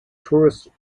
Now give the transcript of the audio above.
tourist